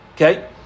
Okay